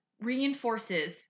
reinforces